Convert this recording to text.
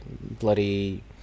bloody